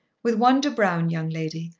with one de browne young lady,